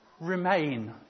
remain